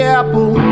apple